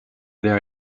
their